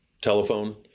telephone